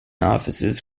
offices